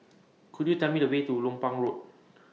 Could YOU Tell Me The Way to Lompang Road